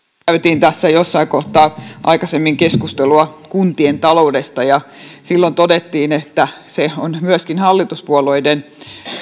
kävimme tässä jossain kohtaa aikaisemmin keskustelua kuntien taloudesta ja silloin todettiin että se on myöskin hallituspuolueiden